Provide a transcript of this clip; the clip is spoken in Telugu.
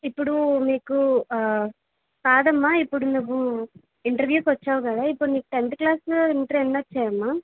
ఇప్పుడు మీకు కాదమ్మా ఇప్పుడు నువ్వు ఇంటర్వ్యూకి వచ్చావు కదా ఇప్పుడు నీకు టెంత్ క్లాస్ ఇంటర్ ఎన్నొచ్చాయమ్మా